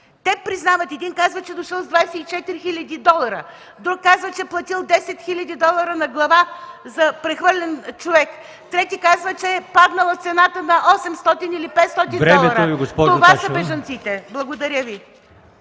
признават това. Един казва, че дошъл с 24 хил. долара, друг казва, че платил 10 хил. долара на глава за прехвърлен човек. Трети казва, че е паднала цената на 800 или 500 долара. Това са бежанците! Благодаря Ви.